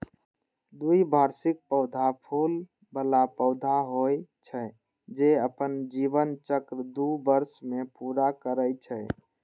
द्विवार्षिक पौधा फूल बला पौधा होइ छै, जे अपन जीवन चक्र दू वर्ष मे पूरा करै छै